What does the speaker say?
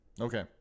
Okay